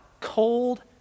cold